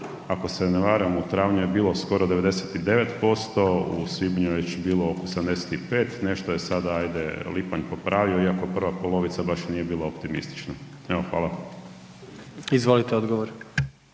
Ako se ne varam u travnju je bilo soko 99%, u svibnju je već bilo oko 75, nešto je sada ajde lipanj popravio, iako prva polovica baš i nije bila optimistična. Hvala. **Jandroković,